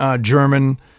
German